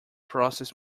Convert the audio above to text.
process